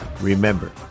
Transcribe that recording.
Remember